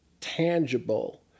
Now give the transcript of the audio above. tangible